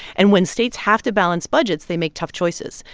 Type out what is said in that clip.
and when states have to balance budgets, they make tough choices.